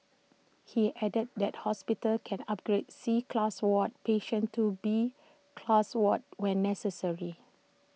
he added that hospitals can upgrade C class ward patients to B class wards when necessary